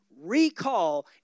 recall